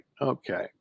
Okay